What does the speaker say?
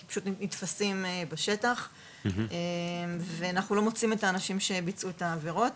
כי הם פשוט נתפסים בשטח ואנחנו לא מוצאים את האנשים שביצעו את העבירות.